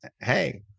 hey